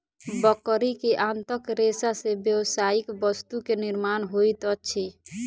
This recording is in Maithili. बकरी के आंतक रेशा से व्यावसायिक वस्तु के निर्माण होइत अछि